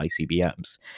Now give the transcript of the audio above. ICBMs